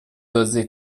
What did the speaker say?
دزدی